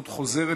(כשירות לכהונה של חבר הממשלה או סגן שר שהורשע בעבירה שיש עמה קלון),